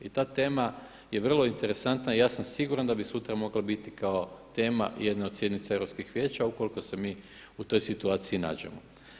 I ta tema je vrlo interesantna i ja sam siguran da bi sutra mogla biti kao tema jedne od sjednica Europskih vijeća ukoliko se mi u toj situaciji nađemo.